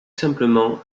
simplement